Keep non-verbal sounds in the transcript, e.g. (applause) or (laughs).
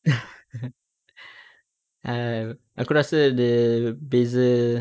(laughs) err aku rasa the beza